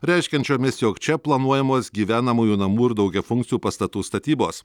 reiškiančiomis jog čia planuojamos gyvenamųjų namų ir daugiafunkcių pastatų statybos